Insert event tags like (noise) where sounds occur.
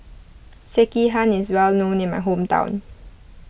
Sekihan is well known in my (noise) hometown